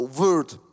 Word